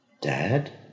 dad